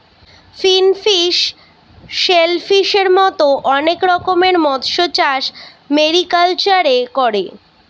finfish, শেলফিসের মত অনেক রকমের মৎস্যচাষ মেরিকালচারে করে